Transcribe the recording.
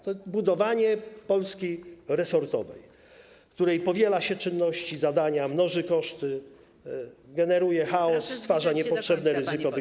To budowanie Polski resortowej, w której powiela się czynności i zadania, mnoży koszty, generuje chaos, stwarza niepotrzebne ryzyko wycieków.